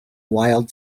wild